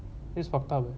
that's fucked up leh